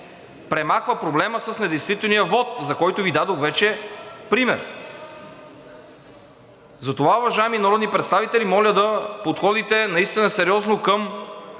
премахва проблема с недействителния вот, за който Ви дадох вече пример. Затова, уважаеми народни представители, моля да подходите наистина сериозно към